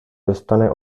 dostane